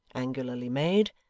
angularly made,